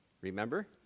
Remember